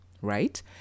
right